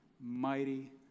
mighty